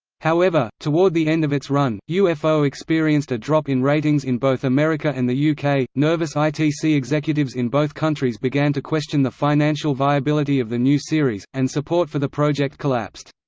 however, toward the end of its run, ufo experienced a drop in ratings in both america and the yeah uk nervous itc executives in both countries began to question the financial viability of the new series, and support for the project collapsed.